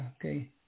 okay